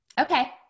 okay